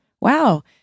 wow